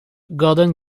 gordon